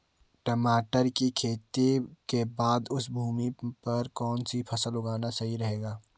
टमाटर की खेती के बाद उस भूमि पर कौन सी फसल उगाना सही रहेगा?